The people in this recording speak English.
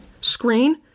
screen